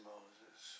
Moses